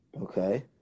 okay